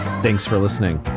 thanks for listening